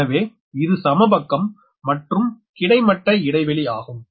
எனவே இது சமபக்கம் மற்றும் கிடைமட்ட இடைவெளி ஆகும்